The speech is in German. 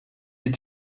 die